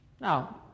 Now